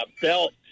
belt